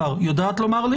זה דרמטי.